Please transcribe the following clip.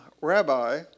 Rabbi